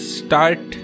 start